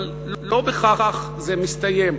אבל לא בכך זה מסתיים.